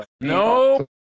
No